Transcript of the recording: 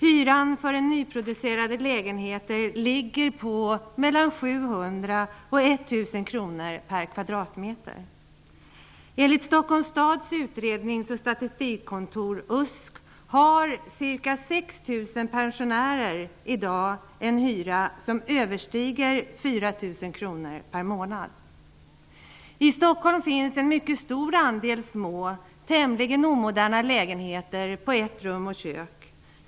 Hyran för nyproducerade lägenheter ligger på I Stockholm finns en mycket stor andel små, tämligen omoderna lägenheter på ett rum och kök.